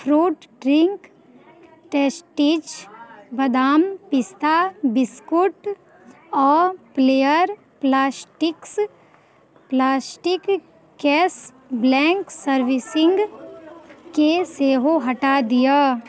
fruit drink टेस्टीज बदाम पिस्ता बिस्कुट आओर फ्लेयर प्लास्टिक्स प्लास्टिक कैशब्लैन्क सर्विसिङ्गके सेहो हटा दिअऽ